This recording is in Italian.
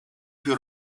più